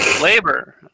Labor